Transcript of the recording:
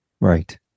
right